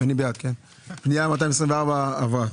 פנייה 224 עברה.